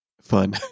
fun